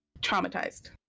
traumatized